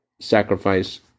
sacrifice